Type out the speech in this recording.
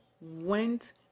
went